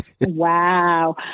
Wow